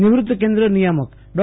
નિવૃત્ત કેન્દ્ર નિયામક ડો